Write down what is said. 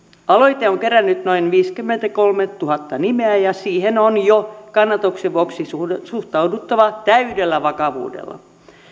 aloite on kerännyt noin viisikymmentäkolmetuhatta nimeä ja siihen on jo kannatuksen vuoksi suhtauduttava täydellä vakavuudella